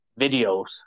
videos